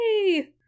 Yay